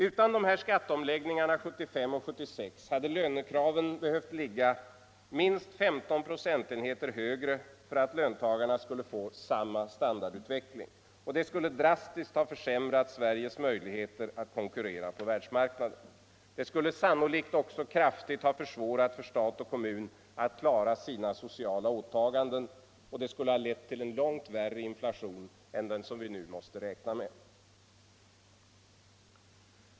Utan dessa skatteomläggningar 1975 och 1976 hade lönekraven behövt ligga minst 15 procentenheter högre för att löntagarna skulle få samma standardutveckling, och det skulle drastiskt ha försämrat Sveriges möjligheter att konkurrera på världsmarknaden. Det skulle sannolikt också kraftigt ha försvårat för stat och kommun att klara sina sociala åtaganden, och det skulle ha lett till en långt värre inflation än den som vi nu måste räkna med.